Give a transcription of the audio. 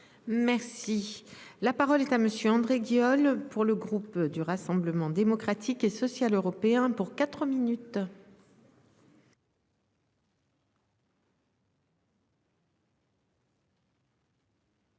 Merci. La parole est à monsieur André Guillaume pour le groupe du Rassemblement démocratique et social européen pour 4 minutes.